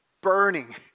Burning